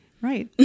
Right